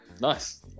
Nice